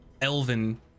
Elven